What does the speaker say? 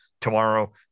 Tomorrow